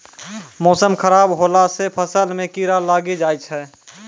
मौसम खराब हौला से फ़सल मे कीड़ा लागी जाय छै?